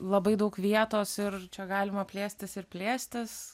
labai daug vietos ir čia galima plėstis ir plėstis